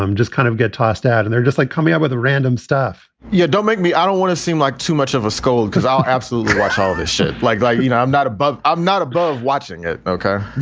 just kind of get tossed out and they're just like coming up with random stuff yeah don't make me i don't want to seem like too much of a scold because i'll absolutely watch all this shit like that. like you know, i'm not above i'm not above watching it, ok?